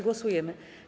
Głosujemy.